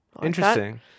interesting